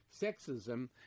Sexism